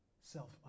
Self